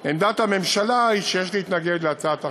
עמדת הממשלה היא שיש להתנגד להצעות החוק.